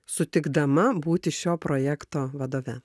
sutikdama būti šio projekto vadove